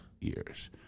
years